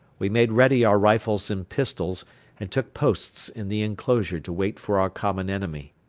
we made ready our rifles and pistols and took posts in the enclosure to wait for our common enemy.